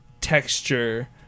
texture